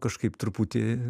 kažkaip truputį